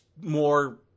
more